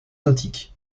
nautique